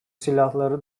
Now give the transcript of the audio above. silahları